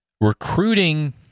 recruiting –